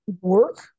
work